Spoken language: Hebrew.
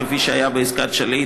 כפי שהיה בעסקת שליט,